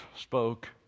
spoke